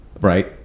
right